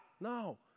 No